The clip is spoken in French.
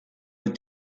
les